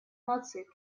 наций